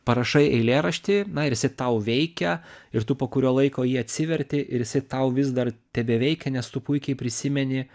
parašai eilėraštį na ir jisai tau veikia ir tu po kurio laiko jį atsiverti ir jisai tau vis dar tebeveikia nes tu puikiai prisimeni